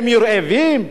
לא ישתו?